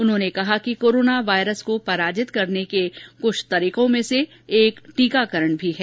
उन्होंने कहा कि कोरोना वायरस को पराजित करने के कुछ तरीकों में से एक टीकाकरण भी है